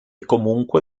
comunque